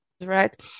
right